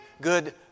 good